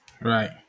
Right